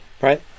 right